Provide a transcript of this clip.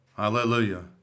Hallelujah